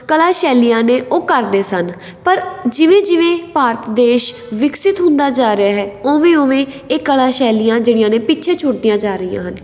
ਕਲਾ ਸ਼ੈਲੀਆਂ ਨੇ ਉਹ ਕਰਦੇ ਸਨ ਪਰ ਜਿਵੇਂ ਜਿਵੇਂ ਭਾਰਤ ਦੇਸ਼ ਵਿਕਸਿਤ ਹੁੰਦਾ ਜਾ ਰਿਹਾ ਹੈ ਉਵੇਂ ਉਵੇਂ ਇਹ ਕਲਾ ਸ਼ੈਲੀਆਂ ਜਿਹੜੀਆਂ ਨੇ ਪਿੱਛੇ ਛੁੱਟਦੀਆਂ ਜਾ ਰਹੀਆਂ ਹਨ